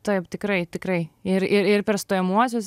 taip tikrai tikrai ir ir ir per stojamuosius